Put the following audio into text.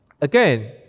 Again